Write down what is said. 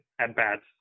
at-bats